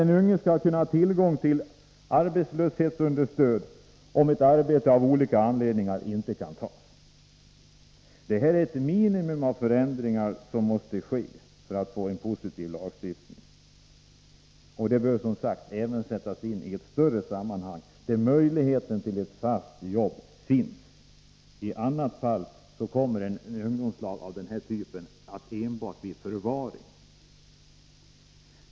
Den unge skall ha tillgång till arbetslöshetsunderstöd, om ett arbete av olika anledningar inte kan tas. Det här är ett minimum av de förändringar som måste vidtas för att lagstiftningen skall bli positiv. Det hela bör, som sagts, sättas in i ett större sammanhang, där möjligheten till ett fast arbete finns med. Annars kommer en ungdomslag av denna typ att enbart bli ett slags förvaring.